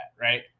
right